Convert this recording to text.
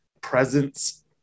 presence